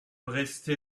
resté